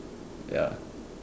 ya